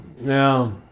Now